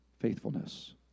faithfulness